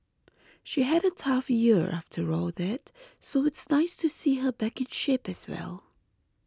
she had a tough year after that so it's nice to see her back in shape as well